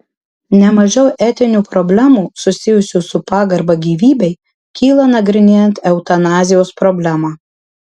ne mažiau etinių problemų susijusių su pagarba gyvybei kyla nagrinėjant eutanazijos problemą